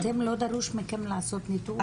אתם לא דרוש מכם לעשות ניתוח.